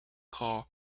called